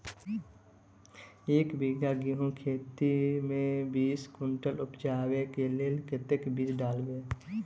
एक बीघा गेंहूँ खेती मे बीस कुनटल उपजाबै केँ लेल कतेक बीज डालबै?